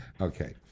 Okay